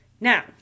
Now